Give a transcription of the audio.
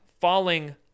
falling